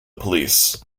police